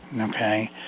okay